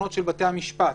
התקנות של בתי המשפט,